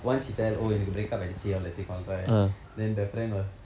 once he tell oh எனக்கு:enakku break up ஆகிவிட்டது:aakivittathu all that thing all right then the friend was